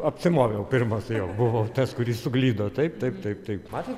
apsimoviau pirmas jau buvo tas kuris suklydo taip taip taip taip matėt